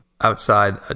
outside